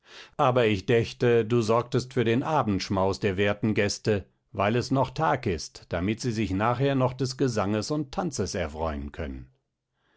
aber ich dächte du sorgtest für den abendschmaus der werten gäste weil es noch tag ist damit sie sich nachher noch des gesanges und tanzes erfreuen können